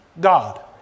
God